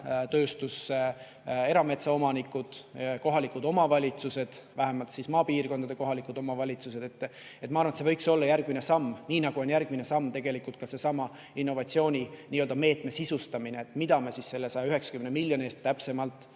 metsatööstus, erametsaomanikud, kohalikud omavalitsused, vähemalt maapiirkondade kohalikud omavalitsused. Ma arvan, et see võiks olla järgmine samm, nii nagu on järgmine samm sellesama innovatsioonimeetme sisustamine, mida me selle 190 miljoni eest täpsemalt